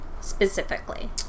specifically